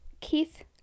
Keith